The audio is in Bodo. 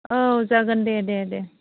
औ जागोन दे दे दे